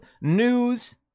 news